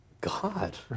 God